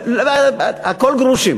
זה גרושים.